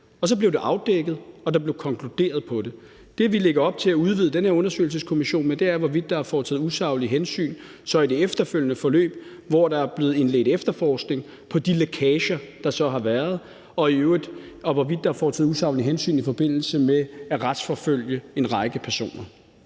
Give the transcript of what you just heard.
Og så blev det afdækket, og der blev konkluderet på det. Det, vi lægger op til at udvide den her undersøgelseskommission med, er, hvorvidt der er foretaget usaglige hensyn i et efterfølgende forløb, hvor der er blevet indledt efterforskning af de lækager, der så har været, og hvorvidt der er foretaget usaglige hensyn i forbindelse med at retsforfølge en række personer.